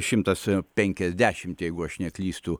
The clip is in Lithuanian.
šimtas penkiasdešimt jeigu aš neklystu